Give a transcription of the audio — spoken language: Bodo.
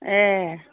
ए